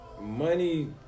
money